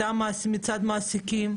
מצד מעסיקים?